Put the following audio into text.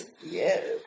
Yes